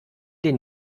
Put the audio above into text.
den